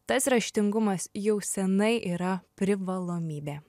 tas raštingumas jau senai yra privalomybė